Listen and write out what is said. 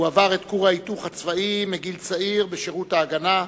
הוא עבר את כוך ההיתוך הצבאי בגיל צעיר בשירות "ההגנה",